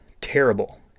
terrible